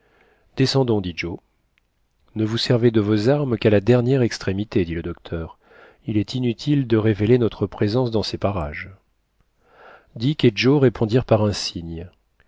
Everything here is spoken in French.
dit joe ne vous servez de vos armes qu'à la dernière extrémité dit le docteur il est inutile de révéler notre présence dans ces parages dick et joe répondirent par un signe